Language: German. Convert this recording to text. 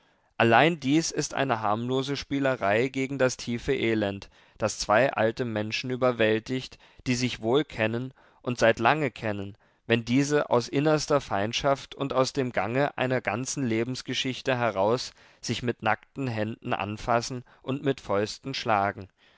allein dies ist eine harmlose spielerei gegen das tiefe elend das zwei alte menschen überwältigt die sich wohl kennen und seit lange kennen wenn diese aus innerster feindschaft und aus dem gange einer ganzen lebensgeschichte heraus sich mit nackten händen anfassen und mit fäusten schlagen